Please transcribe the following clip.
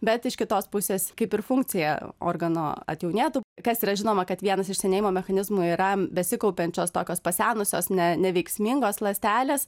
bet iš kitos pusės kaip ir funkcija organo atjaunėtų kas yra žinoma kad vienas iš senėjimo mechanizmų yra besikaupiančios tokios pasenusios ne neveiksmingos ląstelės